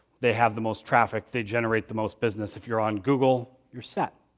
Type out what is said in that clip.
they have the most traffic, they generate the most business if you're on google, you're set.